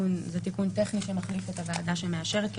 זה תיקון טכני שמחליף את הוועדה שמאשרת כי